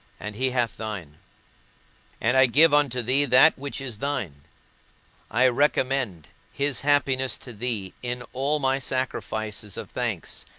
and he hath thine and i give unto thee that which is thine i recommend his happiness to thee in all my sacrifices of thanks,